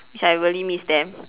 which I really miss them